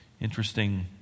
interesting